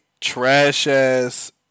trash-ass